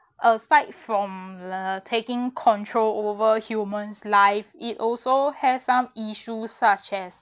aside from la~ taking control over humans life it also has some issues such as